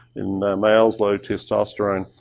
in the males low testosterone.